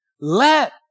Let